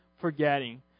forgetting